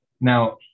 Now